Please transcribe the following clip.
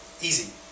Easy